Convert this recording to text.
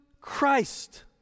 Christ